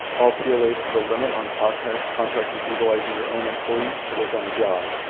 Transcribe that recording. all plas put a limit on contractors contractors utilizing their own employees to work on a job.